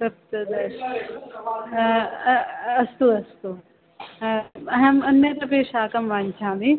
तत्तदस्तु अस्तु अस्तु अहं अन्यत् अपि शाकं वाञ्चामि